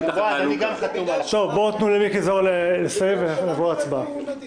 תנו למיקי זוהר לסיים ונעבור להצבעה.